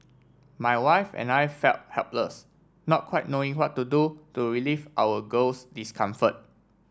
my wife and I felt helpless not quite knowing what to do to relieve our girl's discomfort